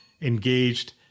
engaged